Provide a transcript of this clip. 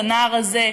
לנער הזה,